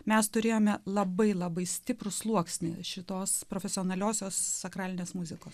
mes turėjome labai labai stiprų sluoksnį šitos profesionaliosios sakralinės muzikos